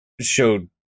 showed